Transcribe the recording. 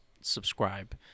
subscribe